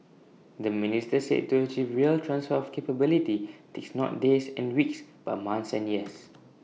the minister said to achieve real transfer of capability takes not days and weeks but months and years